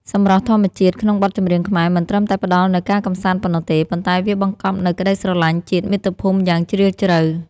សម្រស់ធម្មជាតិក្នុងបទចម្រៀងខ្មែរ មិនត្រឹមតែផ្ដល់នូវការកម្សាន្តប៉ុណ្ណោះទេ ប៉ុន្តែវាបង្កប់នូវក្ដីស្រឡាញ់ជាតិមាតុភូមិយ៉ាងជ្រាលជ្រៅ។